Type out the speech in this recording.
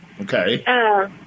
Okay